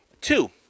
Two